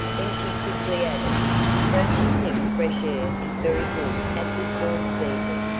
then she quickly added don't you think fresh air is very good at this warm season?